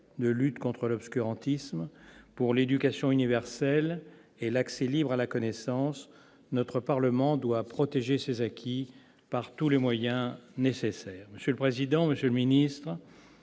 de lutte contre l'obscurantisme, pour l'éducation universelle et l'accès libre à la connaissance, notre parlement doit protéger ces acquis par tous les moyens nécessaires. Madame la présidente, monsieur le ministre,